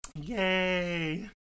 Yay